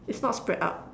is not spread out